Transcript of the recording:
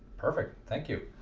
perfect thank you